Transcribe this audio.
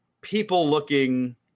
people-looking